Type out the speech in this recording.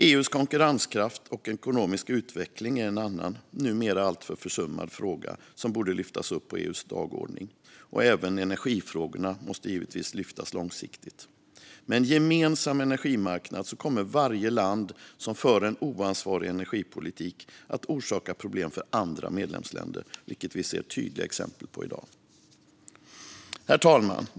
EU:s konkurrenskraft och ekonomiska utveckling är en annan, numera alltför försummad, fråga som borde lyftas upp på EU:s dagordning. Även energifrågorna måste givetvis lyftas långsiktigt. Med en gemensam energimarknad kommer varje land som för en oansvarig energipolitik att orsaka problem för andra medlemsländer, vilket vi ser tydliga exempel på i dag. Herr talman!